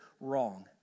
wrong